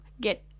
get